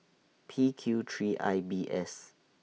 P Q three I B S